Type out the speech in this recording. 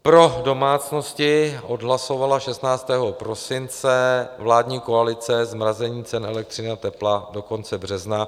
Pro domácnosti odhlasovala 16. prosince vládní koalice zmrazení cen elektřiny a tepla do konce března.